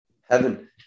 Heaven